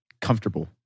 comfortable